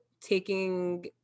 taking